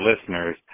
listeners